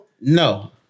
No